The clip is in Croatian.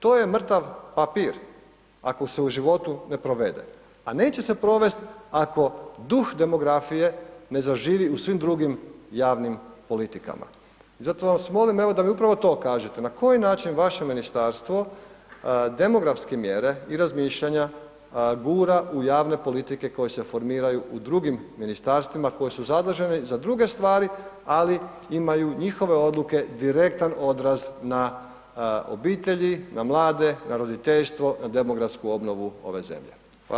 To je mrtav papir ako se u životu ne provede a neće se provest ako duh demografije ne zaživi u svim drugim javnim politikama i zato vas molim evo da mi upravo to kažete, na koji način vaše ministarstvo demografske mjere i razmišljanja, gura u javne politike koje se formiraju u drugim ministarstvima koje su zadužene i za druge ali imaju njihove odluke direktan odraz na obitelji, na mlade, na roditeljstvo, na demografsku obnovu ove zemlje.